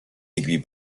aiguilles